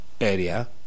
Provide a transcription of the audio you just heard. area